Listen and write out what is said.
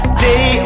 day